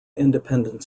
independent